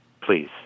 please